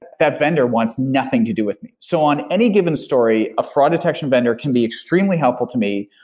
that vendor wants nothing to do with me. so on any given story, a fraud detection vendor can be extremely helpful to me,